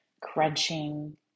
crunching